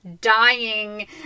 dying